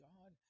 God